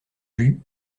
jus